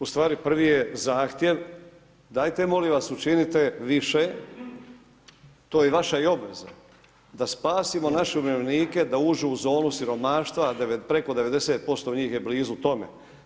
U stvari prvi je zahtjev dajte molim vas učinite više, to je vaša i obveza, da spasimo naše umirovljenike da uđu u zonu siromaštva preko 90% njih je blizu tome.